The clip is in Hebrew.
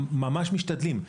ממש משתדלים.